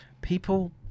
people